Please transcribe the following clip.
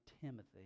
Timothy